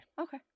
Okay